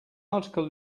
article